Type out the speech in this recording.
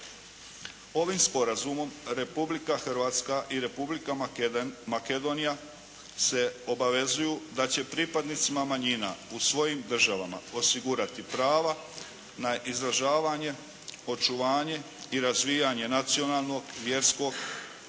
Ovim sporazumom Republika Hrvatska i Republika Makedonija se obavezuju da će pripadnicima manjina u svojim državama osigurati prava na izražavanje, očuvanje i razvijanje nacionalnog, vjerskog,